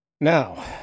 Now